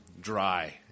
dry